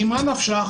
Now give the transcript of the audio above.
ממה נפשך?